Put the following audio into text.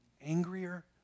angrier